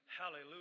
Hallelujah